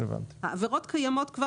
העבירות קיימות.